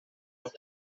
los